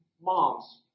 Moms